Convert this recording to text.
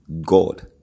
God